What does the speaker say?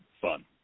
fun